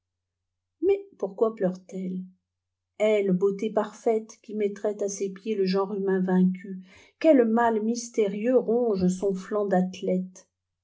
mais pourquoi pleure-t-elle elle beauté parfaitequi mettrait à ses pieds le genre humain vaincu quel mal mystérieux ronge son flanc d'athlète